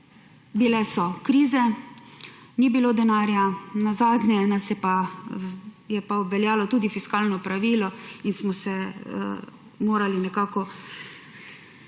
Bile so krize, ni bilo denarja, nazadnje je pa obveljalo tudi fiskalno pravilo in smo morali nekako plavati